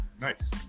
Nice